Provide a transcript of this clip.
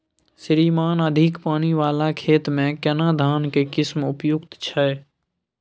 श्रीमान अधिक पानी वाला खेत में केना धान के किस्म उपयुक्त छैय?